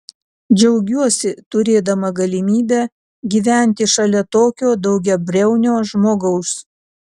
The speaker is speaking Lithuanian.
džiaugiuosi turėdama galimybę gyventi šalia tokio daugiabriaunio žmogaus